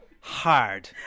Hard